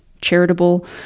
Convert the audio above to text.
charitable